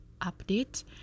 update